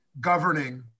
governing